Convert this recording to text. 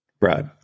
Right